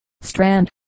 Strand